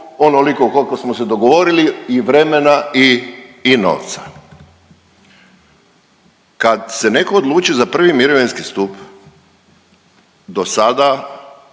onoliko koliko smo se dogovorili i vremena i novca. Kad se netko odluči za prvi mirovinski stup do sada